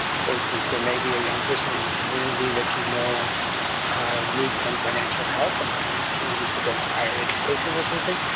for instance, there may be a young person in your community that you know needs some financial help and has an opportunity to go for higher education or something,